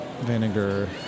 vinegar